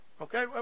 Okay